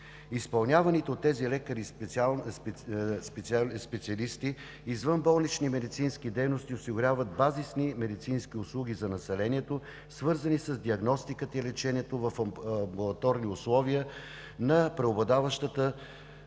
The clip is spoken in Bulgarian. Изпълняваните от тези лекари специалисти извънболнични медицински дейности осигуряват базисни медицински услуги за населението, свързани с диагностиката и лечението в амбулаторни условия на преобладаващата